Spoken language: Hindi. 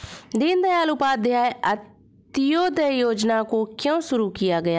दीनदयाल उपाध्याय अंत्योदय योजना को क्यों शुरू किया गया?